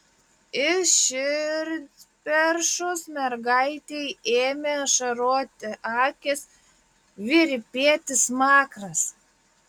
iš širdperšos mergaitei ėmė ašaroti akys virpėti smakras